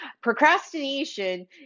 Procrastination